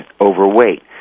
overweight